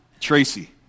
Tracy